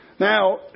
Now